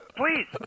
please